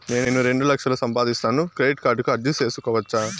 నేను రెండు లక్షలు సంపాదిస్తాను, క్రెడిట్ కార్డుకు అర్జీ సేసుకోవచ్చా?